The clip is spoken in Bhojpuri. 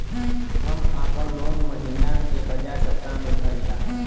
हम आपन लोन महिना के बजाय सप्ताह में भरीला